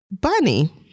Bunny